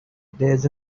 there’s